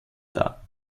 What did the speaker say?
dar